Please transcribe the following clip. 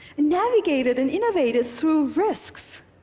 navigated and innovated through risks.